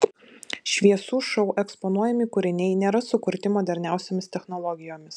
šviesų šou eksponuojami kūriniai nėra sukurti moderniausiomis technologijomis